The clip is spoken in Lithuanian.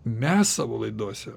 mes savo laidose